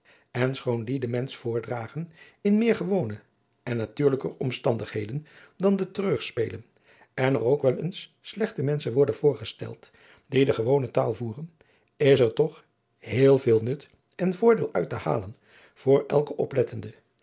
en schoon die den mensch voordragen in meer gewone en natuurlijker omstandigheden dan de treurspelen en er ook wel eens slechte menschen worden voorgesteld die de gewone taal voeren is er toch heel veel nut en voordeel uit te halen voor elken oplettenden